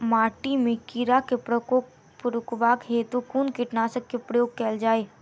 माटि मे कीड़ा केँ प्रकोप रुकबाक हेतु कुन कीटनासक केँ प्रयोग कैल जाय?